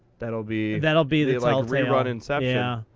that'll be that'll be the rerun inception. yeah.